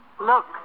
Look